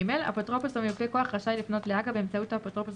(ג) אפוטרופוס או מיופה כוח רשאי לפנות להג"א באמצעות האפוטרופוס